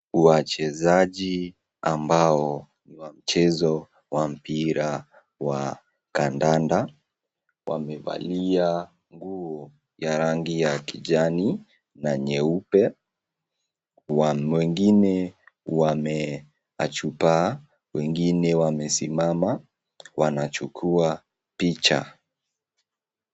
Wachezaji ambao ni wa mchezo wa mpira wa kadada, wamevalia nguo ya rangi ya kijani na nyeupe. Wengine wameachupaa, wengine wamesimama wanachukua picha.